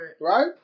right